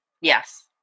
yes